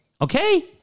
Okay